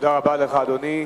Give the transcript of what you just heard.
תודה רבה, אדוני.